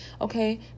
okay